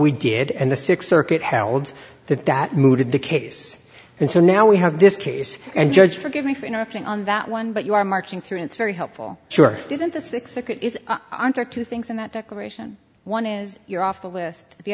we did and the sixth circuit held that that mooted the case and so now we have this case and judge forgive me for interrupting on that one but you are marching through it's very helpful sure didn't the six hundred two things in that declaration one you're off the list the